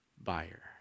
buyer